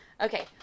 okay